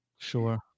Sure